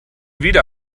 wieder